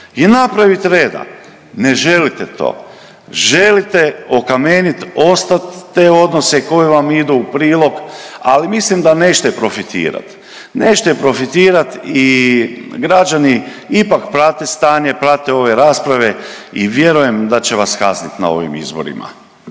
i napraviti reda. Ne želite to. Želite okameniti, ostati te odnose koji vam idu u prilog, ali mislim da nećete profitirat. Nećete profitirat i građani ipak prate stanje, prate ove rasprave i vjerujem da će vas kazniti na ovim izborima.